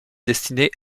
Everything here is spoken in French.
destinés